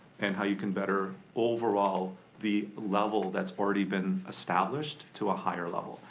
and how you can better overall the level that's already been established to a higher level.